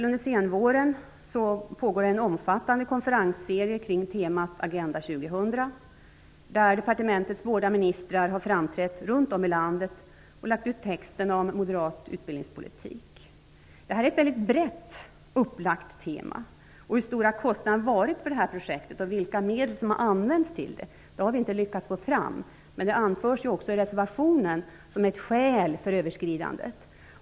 Under senvåren pågår exempelvis en konferensserie kring temat Agenda 2000 där departementets båda ministrar framträtt på flera platser i landet och lagt ut texten om moderat utbildningspolitik. Det är ett brett upplagt tema. Hur stora kostnaderna varit för projektet och vilka medel som använts till det har vi inte lyckats få reda på. Det anförs dock i reservationen som ett skäl för överskridandet.